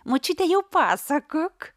močiute jau pasakok